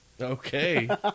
Okay